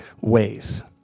ways